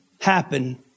happen